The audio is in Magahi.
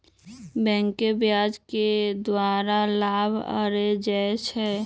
बैंके ब्याज के द्वारा लाभ अरजै छै